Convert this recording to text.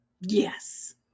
Yes